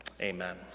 Amen